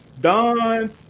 don